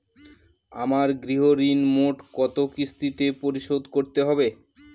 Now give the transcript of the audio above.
আমার গৃহঋণ মোট কত কিস্তিতে পরিশোধ করতে হবে?